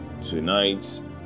tonight